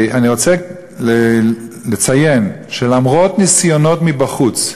אני רוצה לציין שלמרות ניסיונות מבחוץ,